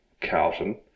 Carlton